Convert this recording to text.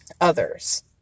others